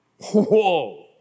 whoa